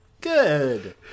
Good